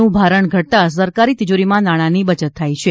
નું ભારણ ઘટતા સરકારી તિજોરીમાં નાણાંની બચત થાય છે